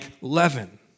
leaven